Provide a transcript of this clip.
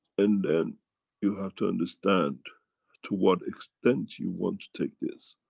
and then you have to understand to what extends you want to take this.